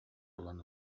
булан